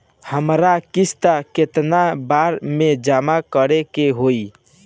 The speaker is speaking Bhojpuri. हमरा किस्त केतना बार में जमा करे के होई?